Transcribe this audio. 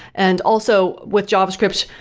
and also, with java script,